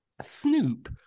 Snoop